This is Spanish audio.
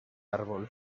árbol